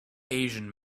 asian